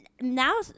now